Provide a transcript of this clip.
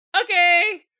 okay